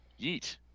Yeet